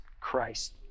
Christ